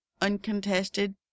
uncontested